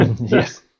Yes